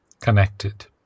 connected